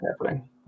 happening